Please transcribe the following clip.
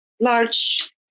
large